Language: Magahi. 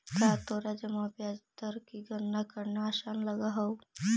का तोरा जमा ब्याज की गणना करना आसान लगअ हवअ